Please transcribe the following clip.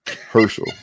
Herschel